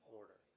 order